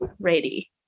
ready